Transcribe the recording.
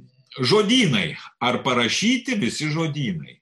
žodynai ar parašyti visi žodynai